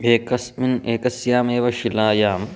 एकस्मिन् एकस्यामेव शिलायां